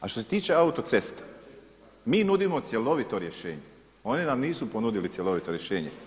A što se tiče autocesta, mi nudimo cjelovito rješenje, oni nam nisu ponudili cjelovito rješenje.